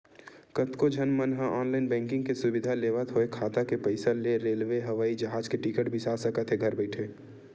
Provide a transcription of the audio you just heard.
कतको झन मन ह ऑनलाईन बैंकिंग के सुबिधा लेवत होय खाता के पइसा ले रेलवे, हवई जहाज के टिकट बिसा सकत हे घर बइठे